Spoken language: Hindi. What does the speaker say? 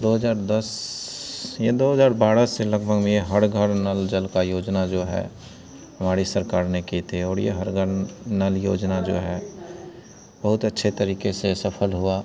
दो हज़ार दस या दो हज़ार बारह से लगभग में यह हर घर नल जल की योजना जो है हमारी सरकार ने की थी और यह हर घर नल योजना जो है बहुत अच्छे तरीक़े से सफल हुआ